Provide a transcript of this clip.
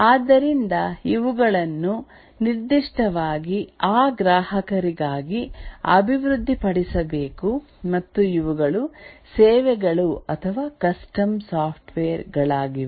ಆದ್ದರಿಂದ ಇವುಗಳನ್ನು ನಿರ್ದಿಷ್ಟವಾಗಿ ಆ ಗ್ರಾಹಕರಿಗಾಗಿ ಅಭಿವೃದ್ಧಿಪಡಿಸಬೇಕು ಮತ್ತು ಇವುಗಳು ಸೇವೆಗಳು ಅಥವಾ ಕಸ್ಟಮ್ ಸಾಫ್ಟ್ವೇರ್ ಗಳಾಗಿವೆ